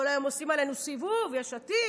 כל היום עושים עלינו סיבוב: יש עתיד,